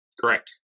Correct